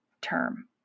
term